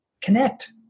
Connect